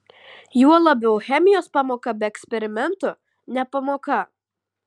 juo labiau chemijos pamoka be eksperimentų ne pamoka